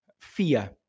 fear